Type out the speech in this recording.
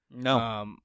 No